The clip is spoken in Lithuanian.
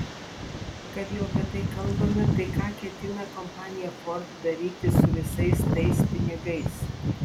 kad jau apie tai kalbame tai ką ketina kompanija ford daryti su visais tais pinigais